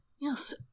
Yes